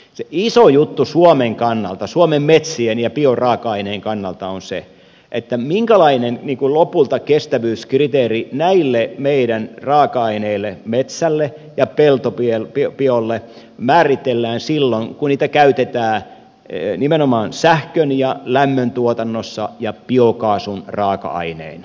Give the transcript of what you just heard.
se iso juttu suomen kannalta suomen metsien ja bioraaka aineen kannalta on se minkälainen kestävyyskriteeri lopulta näille meidän raaka aineille metsälle ja peltobiolle määritellään silloin kun niitä käytetään nimenomaan sähkön ja lämmöntuotannossa ja biokaasun raaka aineina